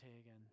again